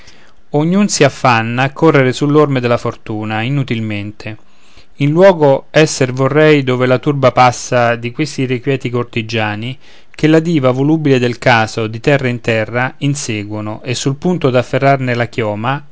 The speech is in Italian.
ognun si affanna a correre sull'orme della fortuna inutilmente in luogo esser vorrei dove la turba passa di questi irrequïeti cortigiani che la diva volubile del caso di terra in terra inseguono e sul punto d'afferrarne la chioma